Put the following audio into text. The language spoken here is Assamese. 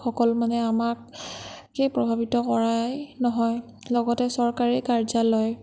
সকল মানে আমাক কেই প্ৰভাৱিত কৰাই নহয় লগতে চৰকাৰী কাৰ্যালয়